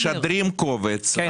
משדרים קובץ,